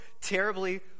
terribly